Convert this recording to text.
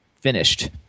finished